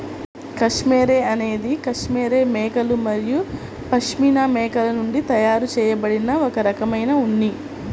cashmere అనేది cashmere మేకలు మరియు పష్మినా మేకల నుండి తయారు చేయబడిన ఒక రకమైన ఉన్ని